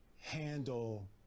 handle